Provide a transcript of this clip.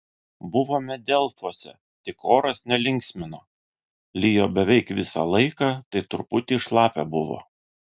buvome delfuose tik oras nelinksmino lijo beveik visą laiką tai truputį šlapia buvo